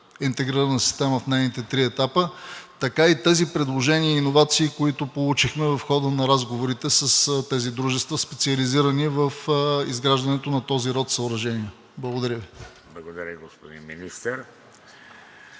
интегрирана система в нейните три етапа, така и тези предложения и иновации, които получихме в хода на разговорите с тези дружества, специализирани в изграждането на този род съоръжения. Благодаря Ви. ПРЕДСЕДАТЕЛ ВЕЖДИ